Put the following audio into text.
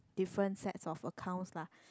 different sets of accounts lah